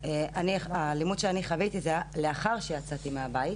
האלימות שאני חוויתי הייתה לאחר שיצאתי מהבית.